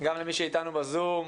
גם לאלה שאיתנו בזום,